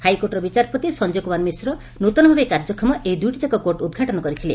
ହାଇକୋର୍ଟର ବିଚାରପତି ସଞ୍ଞୟ କୁମାର ମିଶ୍ର ନୁତନ ଭାବେ କାର୍ଯ୍ୟକ୍ଷମ ଏହି ଦୁଇଟି ଯାକ କୋର୍ଟ ଉଦ୍ଘାଟନ କରିଥିଲେ